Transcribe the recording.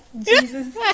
Jesus